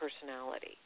personality